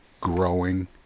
growing